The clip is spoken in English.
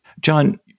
John